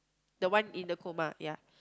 the one in the coma ya